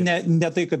ne ne tai kad